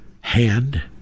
hand